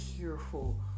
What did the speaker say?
careful